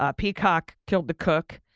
ah peacock killed the cook,